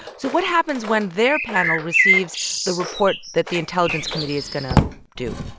so what happens when their panel receives the report that the intelligence committee is going to do?